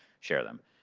share them.